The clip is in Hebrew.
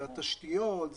זה התשתיות,